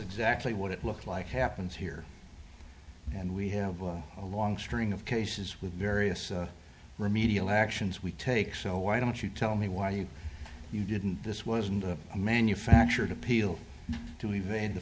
exactly what it looked like happens here and we have a long string of cases with various remedial actions we take so why don't you tell me why you you didn't this wasn't a manufactured appeal to ev